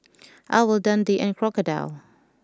Owl Dundee and Crocodile